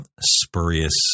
spurious